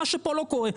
מה שפה לא קורה.